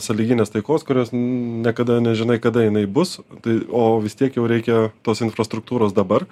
sąlyginės taikos kurios niekada nežinai kada jinai bus tai o vis tiek jau reikia tos infrastruktūros dabar